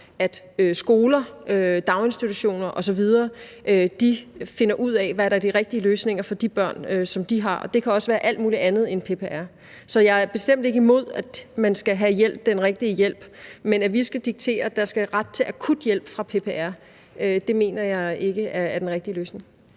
at skoler, daginstitutioner osv. finder ud af, hvad der er de rigtige løsninger for de børn, som de har, og det kan også være alt muligt andet end PPR. Så jeg er bestemt ikke imod, at man skal have den rigtige hjælp, men at vi skal diktere, at der skal ret til akut hjælp fra PPR, mener jeg ikke er den rigtige løsning.